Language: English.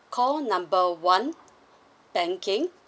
call number one banking